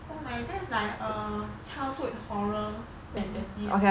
oh my that's like a childhood horror other than than this